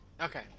Okay